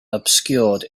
obscured